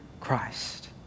Christ